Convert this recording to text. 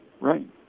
Right